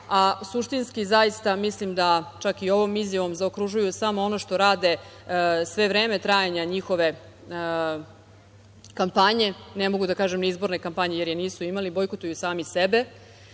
a suštinski zaista mislim da čak i ovom izjavom zaokružuju samo ono što rade sve vreme trajanja njihove kampanje, ne mogu da kažem izborne kampanje jer je nisu imali, bojkotuju sami sebi,